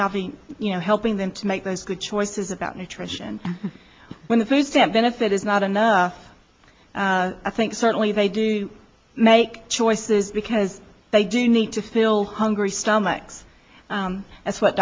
helping you know helping them to make those good choices about nutrition when the food stamp benefit is not enough i think certainly they do make choices because they do need to fill hungry stomachs that's what